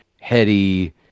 heady